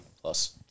plus